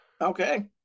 Okay